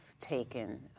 taken